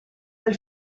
del